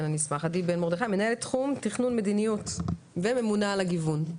מנהלת תחום תכנון מדיניות וממונה על הגיוון.